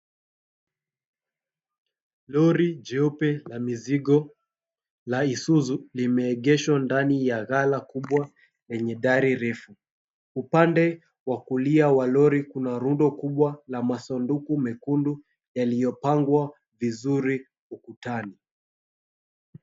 Lori jeupe la mizigo la Isuzu limeegeshwa ndani ya ghala kubwa lenye dari refu. Upande wa kulia wa lori kuna rundo kubwa la masanduku mekundu yaliyopangwa vizuri ukutani.